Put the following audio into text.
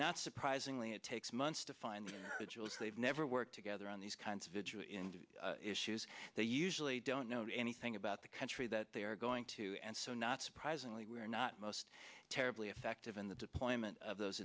not surprisingly it takes months to find her jewels they've never worked together on these kinds of vigils and issues they usually don't know anything about the country that they are going to and so not surprisingly we're not most terribly effective in the deployment of those